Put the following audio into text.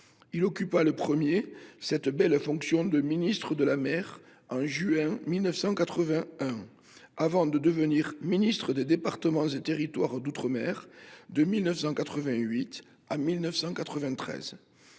à occuper la belle fonction de ministre de la mer, avant de devenir ministre des départements et territoires d’outre mer de 1988 à 1993.